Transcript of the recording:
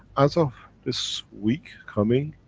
as of this week coming,